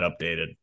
updated